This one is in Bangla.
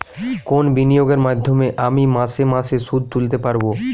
কোন বিনিয়োগের মাধ্যমে আমি মাসে মাসে সুদ তুলতে পারবো?